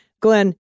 Glenn